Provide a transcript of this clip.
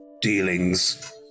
dealings